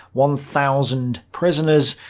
one thousand prisoners,